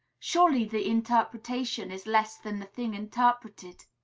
surely, the interpretation is less than the thing interpreted.